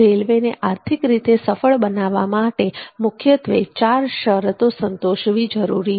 રેલવેને આર્થિક રીતે સફળ બનાવવા માટે મુખ્યત્વે ચાર શરતો સંતોષવી જરૂરી છે